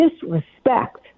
disrespect